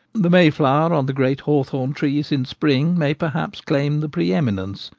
the may-flower on the great hawthorn trees in spring may perhaps claim the pre-eminence,